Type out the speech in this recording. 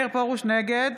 נגד